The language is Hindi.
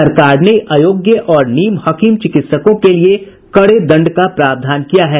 सरकार ने अयोग्य और नीम हकीम चिकित्सकों के लिए कड़े दंड का प्रावधान किया है